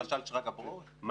למשל, אליעד שרגא?